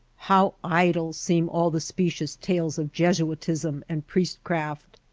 how idle seem all the specious tales of jesuitism and priestcraft.